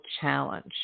challenge